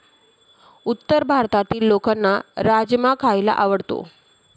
उत्तर भारतातील लोकांना राजमा खायला आवडतो